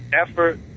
effort